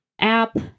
app